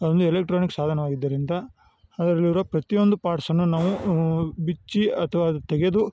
ಒಂದು ಎಲೆಕ್ಟ್ರಾನಿಕ್ ಸಾಧನವಾಗಿದ್ದರಿಂದ ಅದರಲ್ಲಿರೋ ಪ್ರತಿಯೊಂದು ಪಾರ್ಟ್ಸನ್ನು ನಾವು ಬಿಚ್ಚಿ ಅಥವ ಅದು ತೆಗೆದು